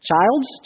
Childs